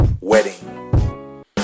wedding